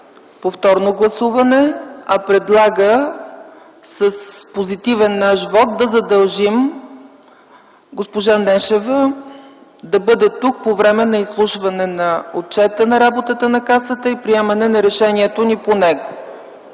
повторно гласуване, а предлага с позитивен наш вот да задължим госпожа Нешева да бъде тук по време на изслушването на Отчета за работата на Касата и приемането на решението ни по него.